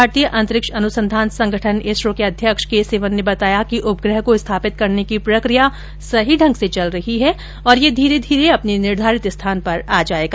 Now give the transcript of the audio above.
भारतीय अंतरिक्ष अनुसंधान संगठन के अध्यक्ष के सिवन ने बताया कि उपग्रह को स्थापित करने की प्रक्रिया सही ढंग ँसे चल रही है और यह धीरे धीरे अपने निर्धारित स्थान पर आ जाएगा